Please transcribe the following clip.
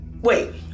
Wait